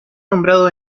nombrado